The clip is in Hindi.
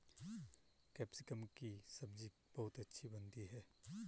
कैप्सिकम की सब्जी बहुत अच्छी बनती है